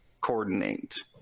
coordinate